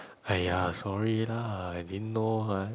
!aiya! sorry lah I didn't know what